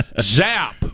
Zap